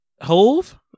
Hove